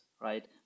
right